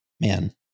Man